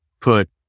put